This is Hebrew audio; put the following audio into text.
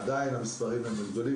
עדיין המספרים הם גדולים.